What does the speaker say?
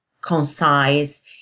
concise